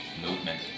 movement